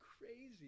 crazy